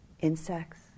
Insects